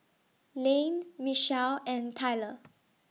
Layne Michelle and Tyler